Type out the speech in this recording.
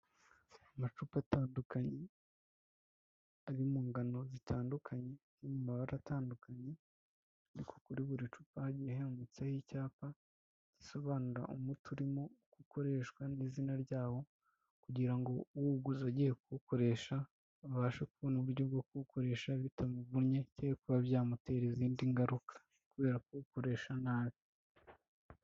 Amacupa atandukanye ari mu ngano zitandukanye, ziri mu mabara atandukanye ariko kuri buri cupa hagiye handitseho icyapa gisobanura umuti urimo uko ukoreshwa n'izina ryawo kugira ngo uwuwuguze agiye kuwukoresha abashe kubona uburyo bwo kuwukoresha bitamuvunnye cyangwa bikaba byamutera izindi ngaruka kubera kuwukoresha nabi.